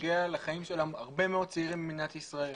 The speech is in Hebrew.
שנוגע לחיים של הרבה מאוד צעירים במדינת ישראל.